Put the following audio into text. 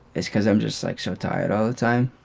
it's because i'm just like so tired all the time.